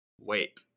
wait